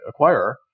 acquirer